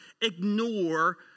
ignore